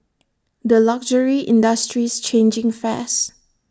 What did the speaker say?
the luxury industry's changing fast